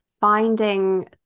finding